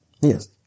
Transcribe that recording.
Yes